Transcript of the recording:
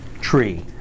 tree